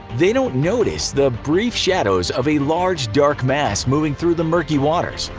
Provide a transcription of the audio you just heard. they don't notice the brief shadows of a large, dark mass moving through the murky waters.